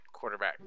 quarterback